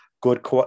good